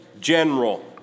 general